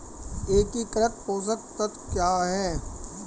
एकीकृत पोषक तत्व क्या है?